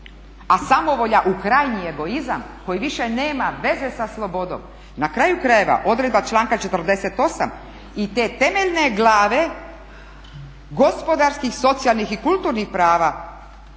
a samovolja u krajnji egoizam koji više nema veze sa slobodom. Na kraju krajeva odredba članka 48.i te temeljne glave gospodarskih, socijalnih i kulturnih prava